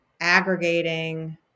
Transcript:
aggregating